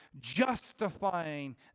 justifying